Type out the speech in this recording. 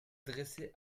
dresser